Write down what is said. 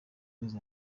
zunze